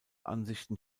ansichten